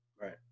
Right